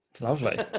Lovely